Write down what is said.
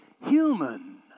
human